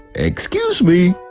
excuse me!